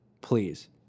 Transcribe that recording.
Please